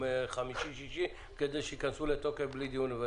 חמישי או שישי כדי שייכנסו לתוקף בלי דיון.